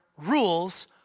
rules